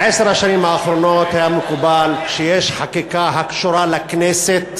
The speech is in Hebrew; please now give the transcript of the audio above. בעשר השנים האחרונות היה מקובל שכשיש חקיקה הקשורה לכנסת